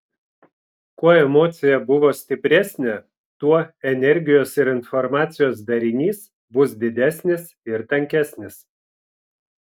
kuo emocija buvo stipresnė tuo energijos ir informacijos darinys bus didesnis ir tankesnis